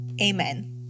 Amen